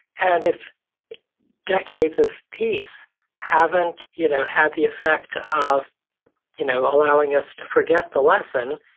and if decades of peace haven't you know had the effect of you know allowing us to forget the lesson,